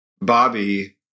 Bobby